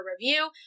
review